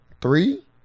Three